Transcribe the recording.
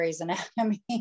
Anatomy